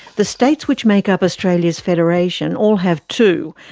the states which make up australia's federation all have two,